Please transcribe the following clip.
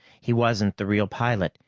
he wasn't the real pilot.